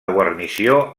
guarnició